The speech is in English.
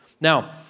Now